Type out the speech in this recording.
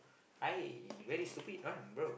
I very stupid one bro